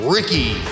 Ricky